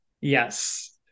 Yes